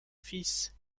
fils